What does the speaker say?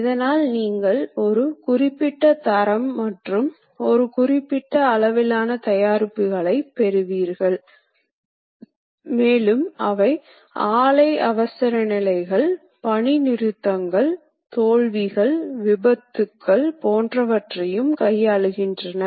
எனவே ஒவ்வொரு முறையும் ஒரு புதிய லாட் இருந்தால் லாட் சிறியதாக இருப்பதால் அதனை அமைப்பதற்கும் பின்னர் உற்பத்தி செய்வதற்கும் நிறைய நேரத்தை செலவிட வேண்டியதாக இருக்கும்